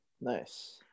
Nice